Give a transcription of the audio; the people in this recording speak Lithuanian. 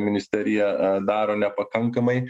ministerija daro nepakankamai